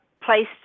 place